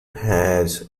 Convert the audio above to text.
has